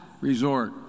resort